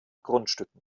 grundstücken